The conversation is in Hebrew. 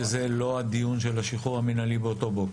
שזה לא הדיון של השחרור המינהלי באותו בוקר,